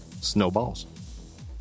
Snowballs